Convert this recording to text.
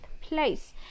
place